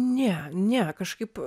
ne ne kažkaip